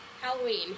Halloween